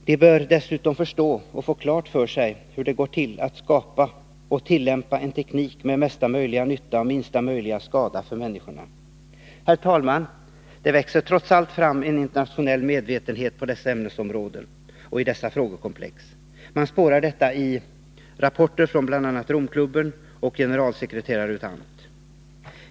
De bör dessutom få klart för sig och förstå hur det går till att skapa och tillämpa en teknik med mesta möjliga nytta och minsta möjliga skada för människorna. Herr talman! Det växer trots allt fram en internationell medvetenhet på dessa ämnesområden och i dessa frågekomplex. Man spårar detta i rapporter från bl.a. Romklubben och generalsekreterare U. Thant.